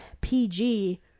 PG